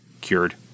cured